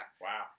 Wow